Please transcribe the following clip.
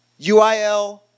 UIL